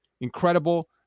incredible